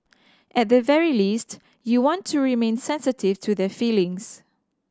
at the very least you want to remain sensitive to their feelings